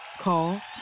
Call